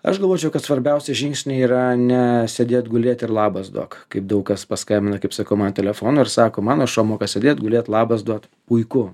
aš galvočiau kad svarbiausi žingsniai yra ne sėdėt gulėt ir labas duok kaip daug kas paskambina kaip sakoma telefonu ir sako mano šuo moka sėdėt gulėt labas duot puiku